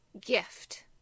gift